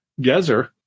Gezer